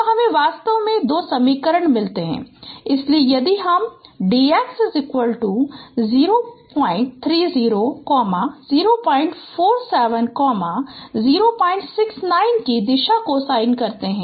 तो हमें वास्तव में दो समीकरण मिलते हैं इसलिए यदि हम dx 032 047 069 की दिशा कोसाइन करते हैं